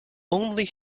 only